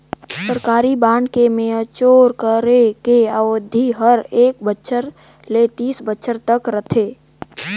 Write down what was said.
सरकारी बांड के मैच्योर करे के अबधि हर एक बछर ले तीस बछर तक रथे